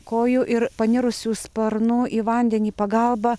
kojų ir panirusių sparnų į vandenį pagalba